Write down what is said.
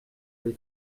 les